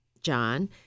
John